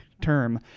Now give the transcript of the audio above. term